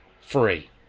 free